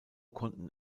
konnten